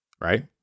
right